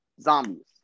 zombies